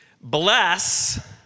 bless